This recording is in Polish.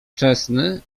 wczesny